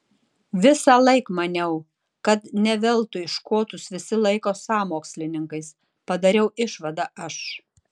visąlaik maniau kad ne veltui škotus visi laiko sąmokslininkais padariau išvadą aš